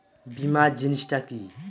বীমা জিনিস টা কি?